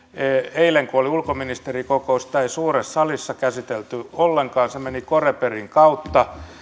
eilen kun oli ulkoministerikokous sitä ei suuressa salissa käsitelty ollenkaan se meni coreperin kautta